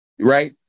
right